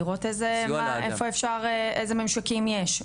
לראות אילו ממשקים יש,